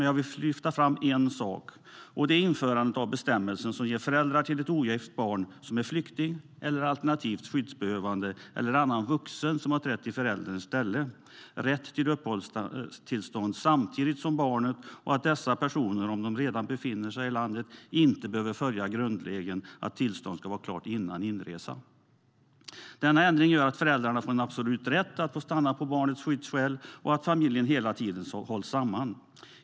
Jag vill dock lyfta fram en sak, nämligen införandet av en bestämmelse som ger föräldrar till ett ogift barn som är flykting, alternativt skyddsbehövande, eller annan vuxen som trätt i förälders ställe, rätt till uppehållstillstånd samtidigt som barnet, liksom att dessa personer, om de redan befinner sig i landet, inte behöver följa grundregeln om att tillståndet ska vara klart före inresa. Denna ändring gör att föräldrarna får en absolut rätt att få stanna på barnets skyddsskäl och att familjen hela tiden hålls samman.